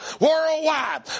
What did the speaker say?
worldwide